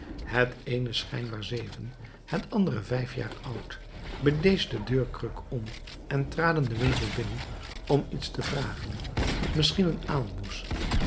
het eene schijnbaar zeven het andere vijf jaar oud bedeesd de deurkruk om en traden den winkel binnen om iets te vragen misschien een